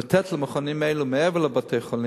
לתת MRI למכונים האלה, מעבר לבתי-חולים.